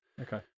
Okay